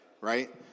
right